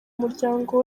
muryango